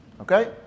Okay